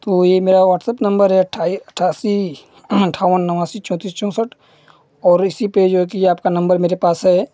तो यह मेरा व्हाट्सप्प नंबर है अठै अठासी अंठावन नवासी चौतीस चौसठ और इसी पर जो है कि ये आपका नंबर मेरे पास है